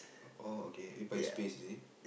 oh okay space is it